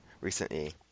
recently